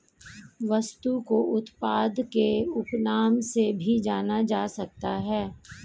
वस्तु को उत्पाद के उपनाम से भी जाना जा सकता है